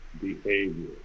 behavior